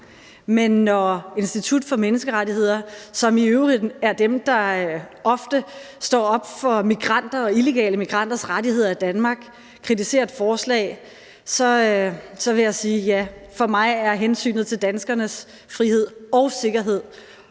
Men når Institut for Menneskerettigheder, som i øvrigt er dem, der ofte står op for migranters og illegale migranters rettigheder i Danmark, kritiserer et forslag, så vil jeg sige: Ja, for mig er hensynet til danskernes frihed og sikkerhed